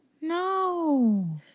No